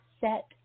set